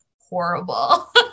horrible